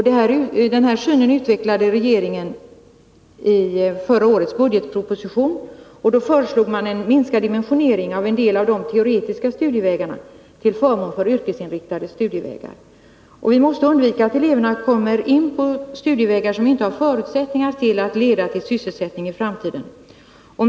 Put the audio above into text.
Denna syn utvecklade regeringen i förra årets budgetproposition. Då föreslog man en minskad dimensionering av en del av de teoretiska studievägarna till förmån för yrkesinriktade studievägar. Vi måste undvika att eleverna kommer in på studievägar som inte har förutsättningar att leda till sysselsättning i framtiden.